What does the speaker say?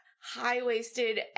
high-waisted